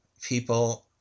people